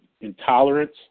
intolerance